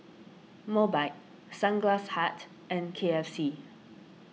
Mobike Sunglass Hut and K F C